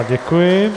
Děkuji.